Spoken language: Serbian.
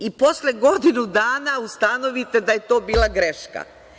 I, posle godinu dana ustanovite da je to bila greška.